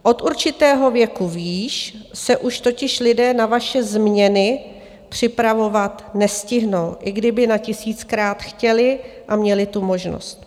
Od určitého věku výš se už totiž lidé na vaše změny připravovat nestihnou, i kdyby na tisíckrát chtěli a měli tu možnost.